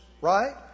Right